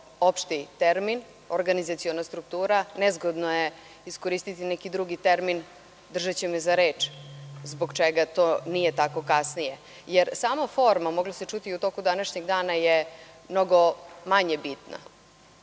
opšti termin, organizaciona struktura, nezgodno je iskoristiti neki drugi termin držeći me za reč zbog čega to nije tako kasnije. Jer, sama forma mogla se čuti i u toku današnjeg dana, je mnogo manje bitna.